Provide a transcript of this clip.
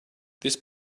this